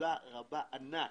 תודה רבה ענק,